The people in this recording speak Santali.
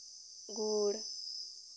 ᱜᱩᱲ